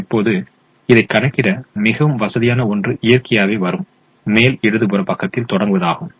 இப்போது இதை கணக்கிட மிகவும் வசதியான ஒன்று இயற்கையாகவே வரும் மேல் இடது புற பக்கத்தில் தொடங்குவது ஆகும்